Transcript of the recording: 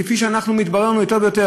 כפי שמתברר לנו יותר ויותר,